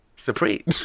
Supreme